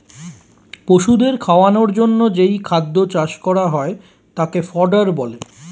পশুদের খাওয়ানোর জন্যে যেই খাদ্য চাষ করা হয় তাকে ফডার বলে